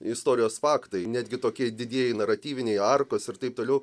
istorijos faktai netgi tokie didieji naratyviniai arkos ir taip toliau